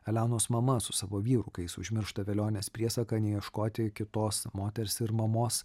elenos mama su savo vyru kai jis užmiršta velionės priesaką neieškoti kitos moters ir mamos